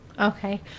Okay